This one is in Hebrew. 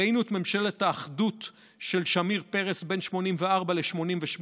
ראינו את ממשלת האחדות של שמיר-פרס בין 1984 ל-1988.